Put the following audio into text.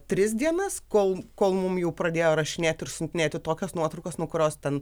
tris dienas kol kol mum jau pradėjo rašinėt ir siuntinėti tokias nuotraukas nu kurios ten